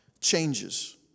Changes